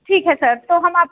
ठीक है सर तो हम आप